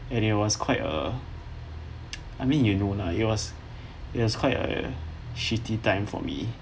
and it was quite uh I mean you know lah it was it was quite a shitty time for me